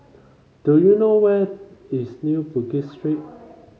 do you know where is New Bugis Street